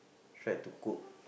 tried to cook